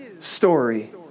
story